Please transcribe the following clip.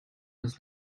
was